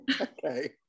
Okay